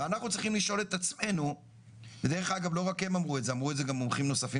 אמרו את זה גם מומחים נוספים